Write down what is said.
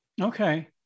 Okay